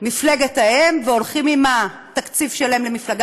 מפלגת האם והולכים עם התקציב שלהם למפלגה